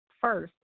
First